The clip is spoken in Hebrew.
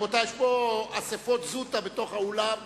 רבותי, יש פה אספות זוטא בתוך האולם.